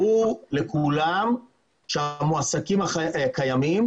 ברור לכולם שהמועסקים הקיימים,